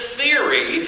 theory